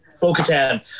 Bo-Katan